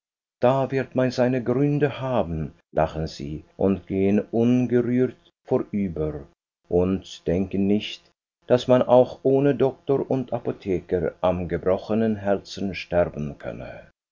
da wird man seine gründe haben lachen sie und gehen ungerührt vorüber und denken nicht daß man auch ohne doktor und apotheker am gebrochenen herzen sterben könne